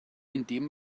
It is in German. indem